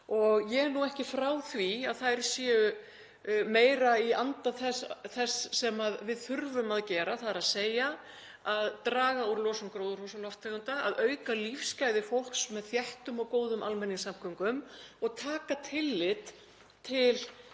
Ég er ekki frá því að þær séu meira í anda þess sem við þurfum að gera, þ.e. að draga úr losun gróðurhúsalofttegunda, að auka lífsgæði fólks með þéttum og góðum almenningssamgöngum og taka tillit til